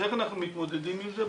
איך אנחנו מתמודדים עם זה?